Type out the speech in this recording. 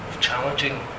challenging